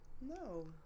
No